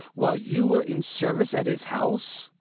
while you were in service at his house?